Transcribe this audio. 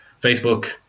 Facebook